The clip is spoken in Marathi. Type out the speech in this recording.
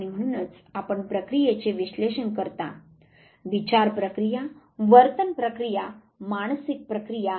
आणि म्हणूनच आपण प्रक्रियेचे विश्लेषण करता विचार प्रक्रिया वर्तन प्रक्रिया मानसिक प्रक्रिया